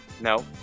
No